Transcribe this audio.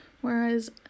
Whereas